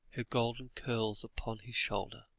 her golden curls upon his shoulder.